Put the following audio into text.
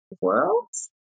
Worlds